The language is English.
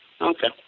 Okay